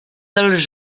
del